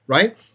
right